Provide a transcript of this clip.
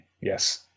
Yes